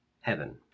heaven